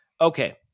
Okay